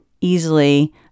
easily